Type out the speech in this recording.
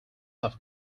have